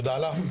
תודה לך,